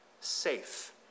safe